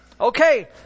Okay